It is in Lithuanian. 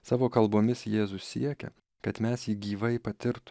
savo kalbomis jėzus siekia kad mes jį gyvai patirt